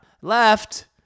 left